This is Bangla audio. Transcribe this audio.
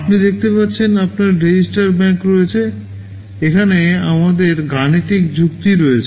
আপনি দেখতে পাচ্ছেন আপনার রেজিস্টার ব্যাংক রয়েছে এখানে আমাদের গাণিতিক যুক্তি রয়েছে